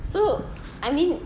so I mean